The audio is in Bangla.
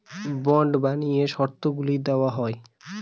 বন্ড বানিয়ে শর্তগুলা দেওয়া হয়